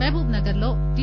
మహబూబ్ నగర్ లో టి